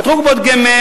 פתחו קופות גמל.